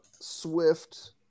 Swift